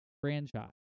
franchise